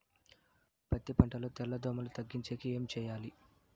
పత్తి పంటలో తెల్ల దోమల తగ్గించేకి ఏమి చేయాలి?